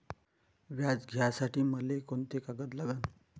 व्याज घ्यासाठी मले कोंते कागद लागन?